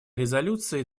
резолюции